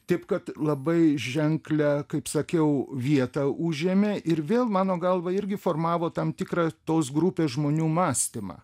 taip kad labai ženklią kaip sakiau vietą užėmė ir vėl mano galva irgi formavo tam tikrą tos grupės žmonių mąstymą